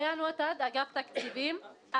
אני מאגף התקציבים.